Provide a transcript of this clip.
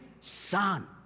son